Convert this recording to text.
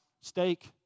steak